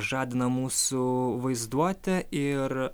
žadina mūsų vaizduotę ir